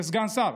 כסגן שר